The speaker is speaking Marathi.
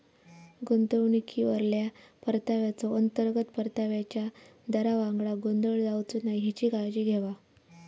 गुंतवणुकीवरल्या परताव्याचो, अंतर्गत परताव्याच्या दरावांगडा गोंधळ जावचो नाय हेची काळजी घेवा